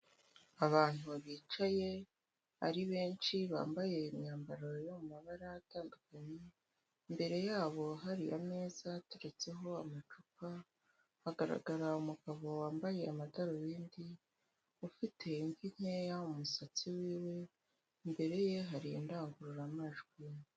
Abantu bicaye ari benshi bambaye imyambaro yo mu mabara atandukanye, imbere yabo hariya ameza aturetseho amacupa, hagaragara umugabo wambaye amadarubindi ufite imvi nkeya umusatsi wiwe imbere ye hari indangururamajwi.